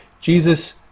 Jesus